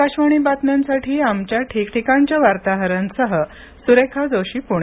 आकाशवाणी बातम्यांसाठी आमच्या ठिक ठिकाणच्या वार्ताहरांसह सुरेखा जोशी पुणे